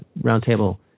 roundtable